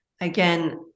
again